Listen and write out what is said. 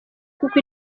kuko